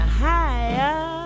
higher